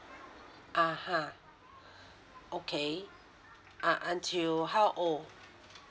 (uh huh) okay uh until how old